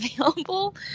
available